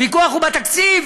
הוויכוח הוא בתקציב,